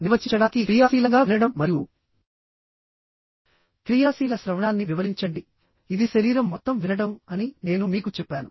నిర్వచించడానికి క్రియాశీలంగా వినడం మరియు క్రియాశీల శ్రవణాన్ని వివరించండి ఇది శరీరం మొత్తం వినడం అని నేను మీకు చెప్పాను